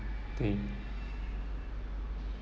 day